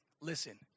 Listen